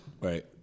Right